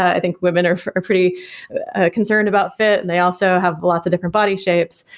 i think women are are pretty concerned about fit and they also have lots of different body shapes,